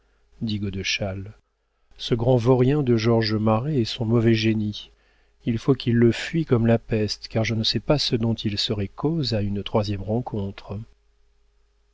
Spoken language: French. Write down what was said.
dit godeschal ce grand vaurien de georges marest est son mauvais génie il faut qu'il le fuie comme la peste car je ne sais pas ce dont il serait cause à une troisième rencontre